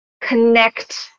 connect